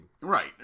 Right